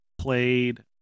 Played